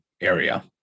area